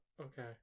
okay